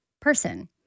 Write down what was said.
person